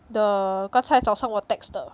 the 刚才早上我 text 的